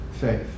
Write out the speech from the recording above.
faith